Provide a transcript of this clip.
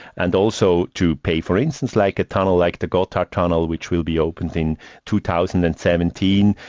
and also to pay for instance like a tunnel like the gothard tunnel which will be opened in two thousand and seventeen,